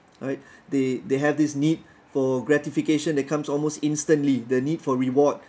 right they they have this need for gratification that comes almost instantly the need for reward